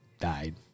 died